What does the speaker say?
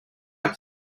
are